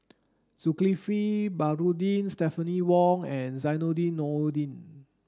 Zulkifli Baharudin Stephanie Wong and Zainudin Nordin